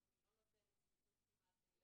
שאר המחלות אני אדם אחד.